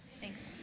Thanks